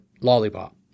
lollipop